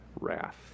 wrath